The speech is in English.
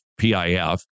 PIF